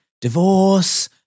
divorce